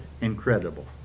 incredible